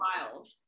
wild